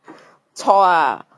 chor ah